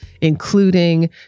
including